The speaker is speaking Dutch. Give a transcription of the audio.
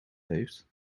heeft